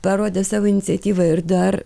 parodė savo iniciatyvą ir dar